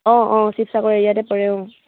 অঁ অঁ শিৱসাগৰ এৰিয়াতে পৰে অঁ